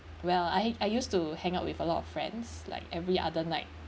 well I I used to hang out with a lot of friends like every other night